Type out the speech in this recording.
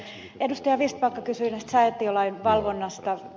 vistbacka kysyi säätiölain valvonnasta